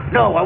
no